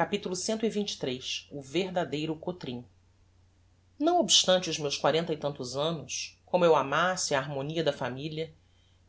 capitulo cxxiii o verdadeiro cotrim não obstante os meus quarenta e tantos annos como eu amasse a harmonia da familia